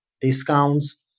discounts